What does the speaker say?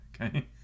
Okay